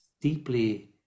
deeply